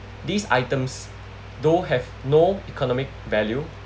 these items though have no economic value